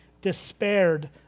despaired